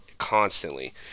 constantly